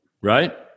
right